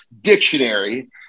dictionary